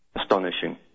Astonishing